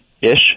Ish